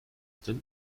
still